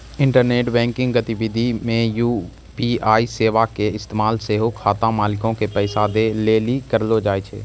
internet banking गतिविधि मे UPI सेबा के इस्तेमाल सेहो खाता मालिको के पैसा दै लेली करलो जाय छै